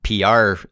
PR